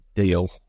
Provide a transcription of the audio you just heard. deal